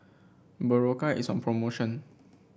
berocca is on promotion